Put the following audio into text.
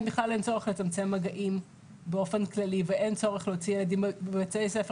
אין צורך לצמצם מגעים באופן כללי ואין צורך להוציא ילדים מבתי ספר